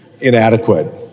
inadequate